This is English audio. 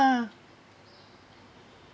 uh